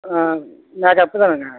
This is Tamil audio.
ஆ மேக்கப்பு தானுங்க